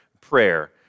prayer